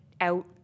out